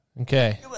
Okay